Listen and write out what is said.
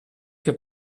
che